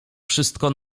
wszystko